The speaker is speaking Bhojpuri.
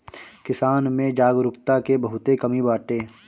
किसान में जागरूकता के बहुते कमी बाटे